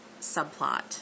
subplot